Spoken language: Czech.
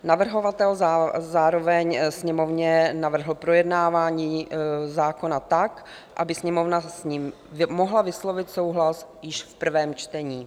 Navrhovatel zároveň Sněmovně navrhl projednávání zákona tak, aby Sněmovna s ním mohla vyslovit souhlas již v prvém čtení.